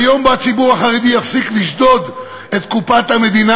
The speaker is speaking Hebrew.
ביום שבו הציבור החרדי יפסיק לשדוד את קופת המדינה,